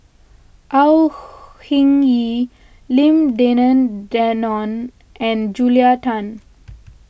Au Hing Yee Lim Denan Denon and Julia Tan